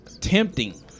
tempting